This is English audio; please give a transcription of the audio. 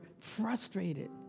frustrated